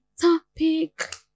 topic